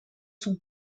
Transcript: son